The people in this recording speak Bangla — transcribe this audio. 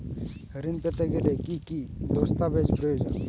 ঋণ পেতে গেলে কি কি দস্তাবেজ প্রয়োজন?